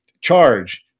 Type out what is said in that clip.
charge